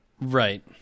Right